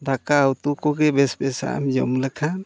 ᱫᱟᱠᱟᱼᱩᱛᱩ ᱠᱚᱜᱮ ᱵᱮᱥ ᱵᱮᱥᱟᱜ ᱮᱢ ᱡᱚᱢ ᱞᱮᱠᱷᱟᱱ